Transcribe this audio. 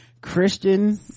christian